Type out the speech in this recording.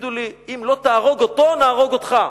תגידו לי, אם לא תהרוג אותו נהרוג אותך.